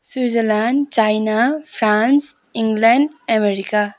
Switzerland China France England America